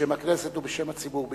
בשם הכנסת ובשם הציבור בישראל.